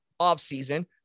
offseason